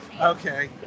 Okay